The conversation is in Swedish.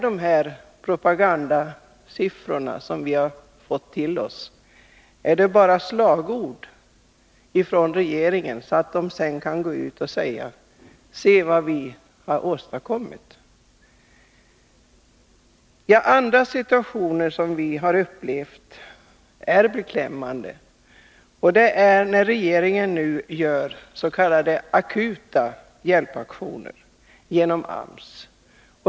De siffror som meddelas i kommunikéerna är kanske bara slagord för att regeringen skall kunna säga: Se hur vi har satsat. Andra situationer som vi har upplevt som beklämmande är när regeringen gör s.k. akuta hjälpaktioner genom AMS.